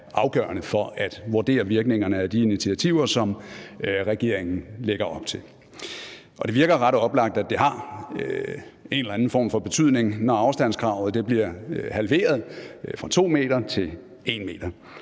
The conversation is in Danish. afgørende for at vurdere virkningerne af de initiativer, som regeringen lægger op til. Det virker ret oplagt, at det har en eller anden form for betydning, når afstandskravet bliver halveret fra 2 m til 1 m,